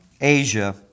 Asia